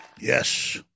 Yes